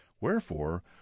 Wherefore